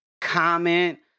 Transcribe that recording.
comment